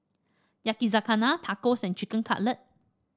Yakizakana Tacos and Chicken Cutlet